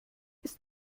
ist